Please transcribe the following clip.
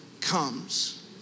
comes